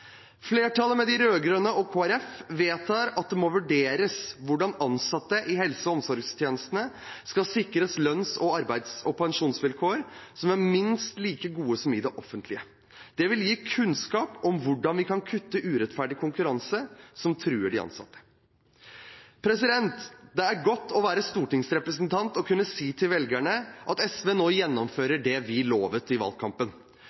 Flertallet, de rød-grønne og Kristelig Folkeparti, vedtar at det må vurderes hvordan ansatte i helse- og omsorgstjenestene skal sikres lønns-, arbeids- og pensjonsvilkår som er minst like gode som i det offentlige. Det vil gi kunnskap om hvordan vi kan kutte urettferdig konkurranse som truer de ansatte. Det er godt å være stortingsrepresentant og kunne si til velgerne at SV nå gjennomfører det vi lovet i valgkampen.